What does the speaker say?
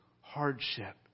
hardship